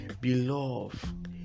Beloved